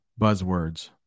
buzzwords